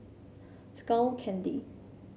Skull Candy